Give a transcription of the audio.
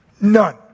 None